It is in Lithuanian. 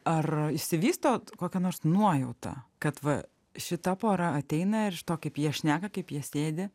ar išsivysto kokia nors nuojauta kad va šita pora ateina ir iš to kaip jie šneka kaip jie sėdi